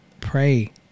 pray